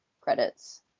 credits